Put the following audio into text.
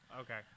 Okay